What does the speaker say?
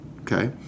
okay